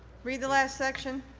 read the last section.